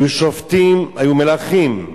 היו שופטים, היו מלכים,